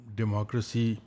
democracy